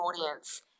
audience